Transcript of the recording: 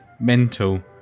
mental